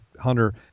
hunter